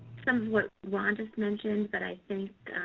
work ron just mentioned. but i think